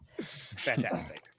Fantastic